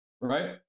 right